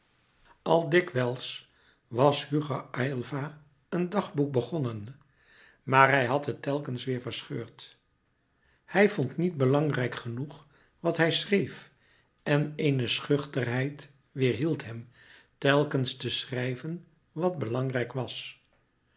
al dikwijls was hugo aylva een dagboek begonnen maar hij had het telkens weêr verscheurd hij vond niet belangrijk genoeg wat hij schreef en een schuchterheid weêrhield hem telkens te schrijven wat belangrijk was